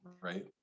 right